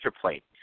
plate